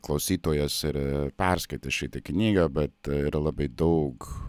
klausytojas ir perskaitęs šitą knygą bet yra labai daug